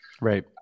Right